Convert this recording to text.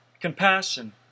compassion